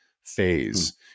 phase